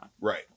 right